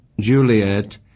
Juliet